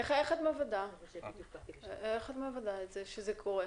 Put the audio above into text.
איך את מוודאת שזה קורה?